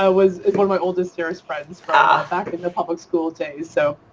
ah was one of my oldest first friends ah back in the public school days so.